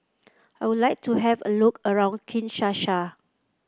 I would like to have a look around Kinshasa